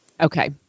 Okay